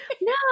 No